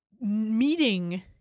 meeting